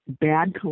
bad